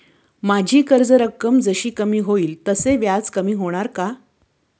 माझी कर्ज रक्कम जशी कमी होईल तसे व्याज कमी होणार का?